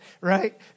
right